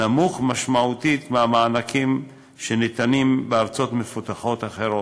נמוך משמעותית מהמענקים שניתנים בארצות מפותחות אחרות.